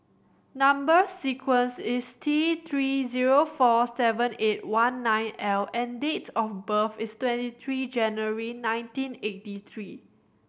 number sequence is T Three zero four seven eight one nine L and date of birth is twenty three January nineteen eighty three